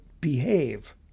behave